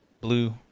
Blue